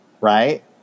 right